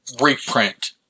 reprint